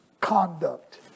conduct